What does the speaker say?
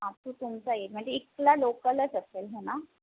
हा तू तुमचा म्हणजे इकला लोकलच असेल हे ना